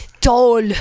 tall